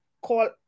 call